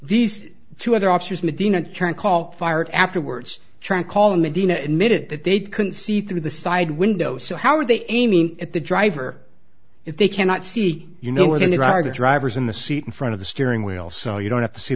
these two other officers medina turn called fired afterwards trying call the medina admitted that they couldn't see through the side window so how would they aiming at the driver if they cannot see you know what and you are the drivers in the seat in front of the steering wheel so you don't have to see